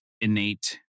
innate